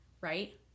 right